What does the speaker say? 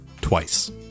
Twice